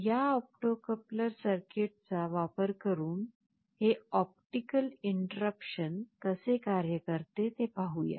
या optocoupler सर्किटचा वापर करून हे ऑप्टिकल इंटरर्रपशन कसे कार्य करते ते पाहूया